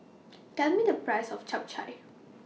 Tell Me The Price of Chap Chai